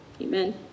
Amen